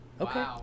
Okay